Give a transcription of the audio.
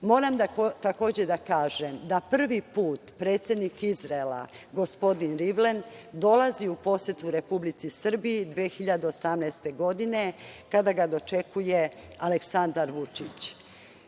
takođe da kažem da prvi put predsednik Izraela, gospodin Rivlin, dolazi u posetu Republici Srbiji 2018. godine, kada ga dočekuje Aleksandar Vučić.